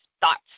thoughts